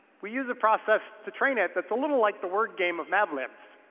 we use a process to train it that's a little like the word game of mad libs.